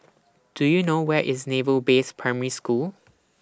Do YOU know Where IS Naval Base Primary School